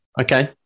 Okay